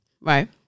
Right